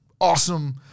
awesome